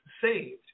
saved